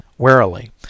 warily